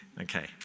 okay